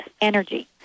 energy